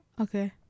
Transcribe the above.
Okay